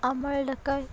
আমার এলাকায়